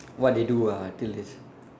what they do ah until this